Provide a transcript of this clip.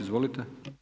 Izvolite.